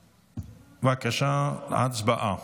בבקשה, הצבעה.